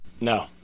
no